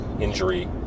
injury